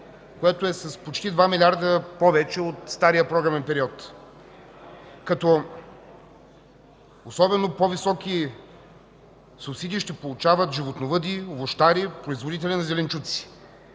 което е с почти 2 милиарда повече от стария програмен период. Особено по-високи субсидии ще получават животновъди, обущари и производители на зеленчуци.